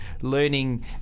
learning